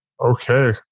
okay